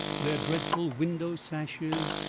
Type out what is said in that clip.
their dreadful window sashes,